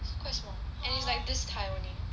quite small and it's like this high only